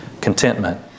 contentment